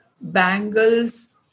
bangles